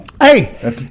Hey